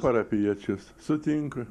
parapijiečius sutinku